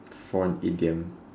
for an idiom